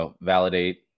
validate